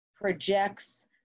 projects